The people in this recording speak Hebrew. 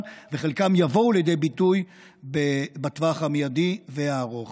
וחלקם יבואו לידי ביטוי בטווח המיידי והארוך.